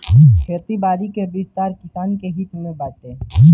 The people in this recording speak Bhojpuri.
खेती बारी कअ विस्तार किसानन के हित में बाटे